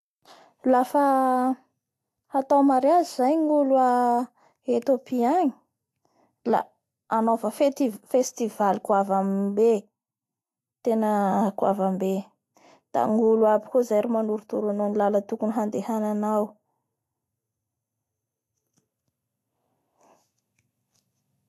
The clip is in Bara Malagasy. Ny famosavia io zany da anisan'ny kolontsay an'Afrika Atsimo agny da eo avao koa ny antsoandreo hoe Le braai io raiky io koa zany fanaovadreo kitotono a tokotany.